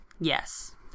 Yes